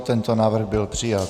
Tento návrh byl přijat.